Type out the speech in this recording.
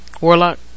Warlock